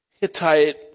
Hittite